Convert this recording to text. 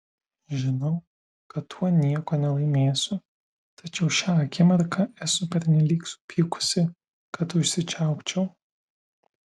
žinau kad tuo nieko nelaimėsiu tačiau šią akimirką esu pernelyg supykusi kad užsičiaupčiau